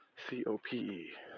C-O-P-E